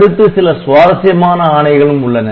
அடுத்து சில சுவாரசியமான ஆணைகளும் உள்ளன